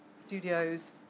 studios